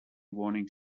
warning